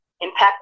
impact